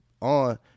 on